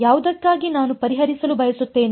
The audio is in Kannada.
ಯಾವುದಕ್ಕಾಗಿ ನಾನು ಪರಿಹರಿಸಲು ಬಯಸುತ್ತೇನೆ